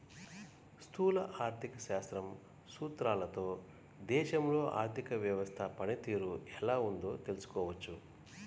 స్థూల ఆర్థిక శాస్త్రం సూత్రాలతో దేశంలో ఆర్థిక వ్యవస్థ పనితీరు ఎలా ఉందో తెలుసుకోవచ్చు